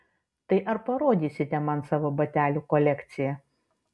tai ar parodysite man savo batelių kolekciją